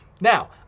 Now